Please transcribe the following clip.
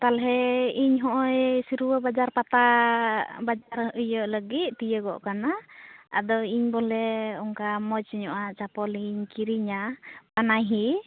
ᱛᱟᱦᱚᱞᱮ ᱤᱧ ᱦᱚᱸᱜᱼᱚᱭ ᱥᱤᱨᱩᱣᱟᱹ ᱵᱟᱡᱟᱨ ᱯᱟᱛᱟ ᱵᱟᱡᱟᱨ ᱤᱭᱟᱹ ᱞᱟᱹᱜᱤᱫ ᱛᱤᱭᱳᱜᱚᱜ ᱠᱟᱱᱟ ᱟᱫᱚ ᱤᱧ ᱵᱚᱞᱮ ᱚᱱᱠᱟ ᱢᱚᱡᱽ ᱧᱚᱜᱼᱟᱜ ᱪᱟᱯᱚᱞᱤᱧ ᱠᱤᱨᱤᱧᱟ ᱯᱟᱱᱟᱦᱤ